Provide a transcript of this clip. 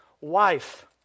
wife